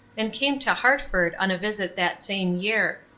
and came to hartford on a visit that same year.